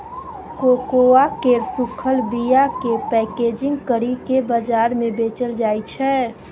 cocoa केर सूखल बीयाकेँ पैकेजिंग करि केँ बजार मे बेचल जाइ छै